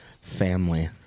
Family